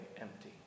empty